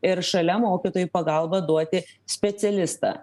ir šalia mokytojui į pagalbą duoti specialistą